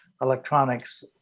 electronics